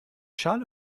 schale